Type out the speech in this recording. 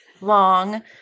long